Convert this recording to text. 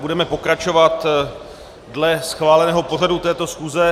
Budeme pokračovat dle schváleného pořadu této schůze.